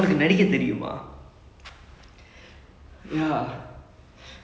நடிக்க தெரியுமா:nadikka theriyumaa ya lah